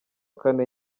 kane